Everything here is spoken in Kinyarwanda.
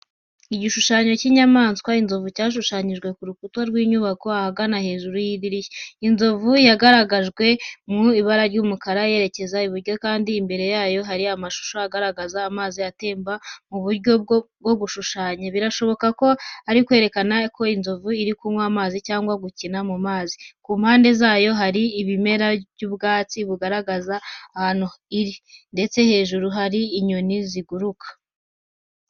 Igishushanyo cy’inyamaswa, inzovu cyashushanyijwe ku rukuta rw’inyubako, ahagana hejuru y’idirishya. Inzovu yagaragajwe mu ibara ry’umukara, yerekeza iburyo, kandi imbere yayo hari amashusho agaragaza amazi atemba mu buryo bwo gushushanya, birashoboka ko ari ukwerekana ko inzovu iri kunywa cyangwa gukina mu mazi. Ku mpande zayo hari ibimera by’ubwatsi bugaragaza ahantu iri, ndetse hejuru hari inyoni ziguruka.